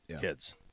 kids